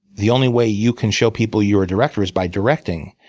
the only way you can show people you're a director is by directing.